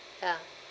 ya